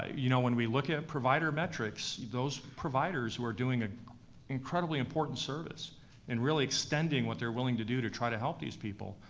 you know when we look at provider metrics, those providers who are doing an ah incredibly important service and really extending what they're willing to do to try to help these people,